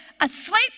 asleep